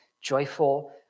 joyful